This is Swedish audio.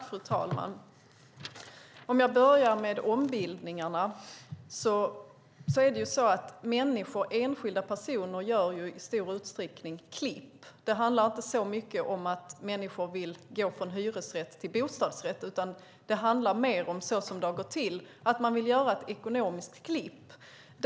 Fru talman! Jag börjar med ombildningarna. Människor, enskilda personer, gör i stor utsträckning klipp. Det handlar inte så mycket om att människor vill gå från hyresrätt till bostadsrätt, utan så som det har gått till handlar det mer om att man vill göra ett ekonomiskt klipp.